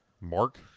Mark